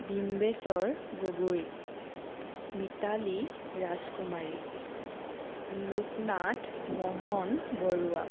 Dimbeswar Gogoi Mitali Rajkumari Loknath Mohan Barua